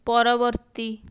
ପରବର୍ତ୍ତୀ